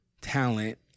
talent